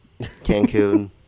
Cancun